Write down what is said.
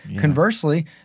Conversely